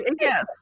Yes